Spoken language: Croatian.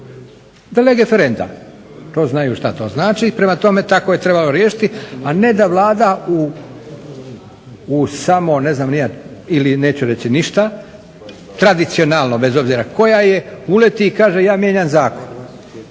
"De lege ferenda", to znaju što to znači, prema tome tako je trebalo riješiti, a ne da Vlada u samo ne znam ni ja ili neću reći ništa, tradicionalno bez obzira koja je, uleti i kaže, ja mijenjam zakon